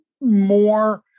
more